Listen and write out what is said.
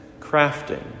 crafting